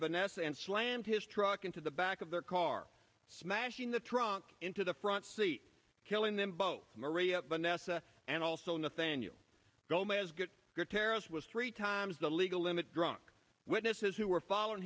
vanessa and slammed his truck into the back of their car smashing the trunk into the front seat killing them both maria nessa and also nothing new tara was three times the legal limit drunk witnesses who were following